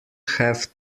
have